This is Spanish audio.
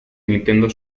nintendo